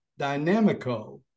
Dynamico